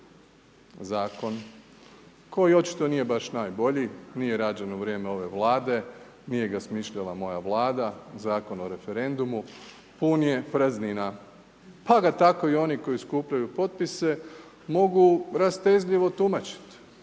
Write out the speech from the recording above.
zakon koji očito nije baš najbolji, nije rađen u vrijeme ove vlade, nije ga smišljala moja vlada, Zakon o referendumu pun je praznina pa ga tako i oni koji skupljaju potpise mogu rastezljivo tumačit.